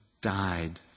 Died